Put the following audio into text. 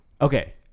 Okay